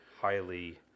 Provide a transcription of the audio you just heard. highly